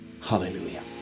Hallelujah